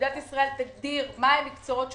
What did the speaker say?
שמדינת ישראל תגדיר מהם המקצועות השוחקים,